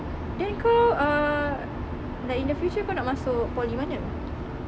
then kau ah like in the future kau nak masuk poly mana